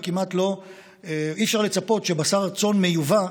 וכמעט אי-אפשר לצפות שבשר צאן מיובא,